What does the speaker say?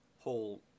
whole